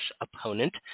opponent